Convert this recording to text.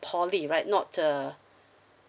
poly right not the